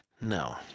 No